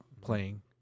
playing